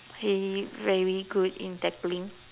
he very good in tackling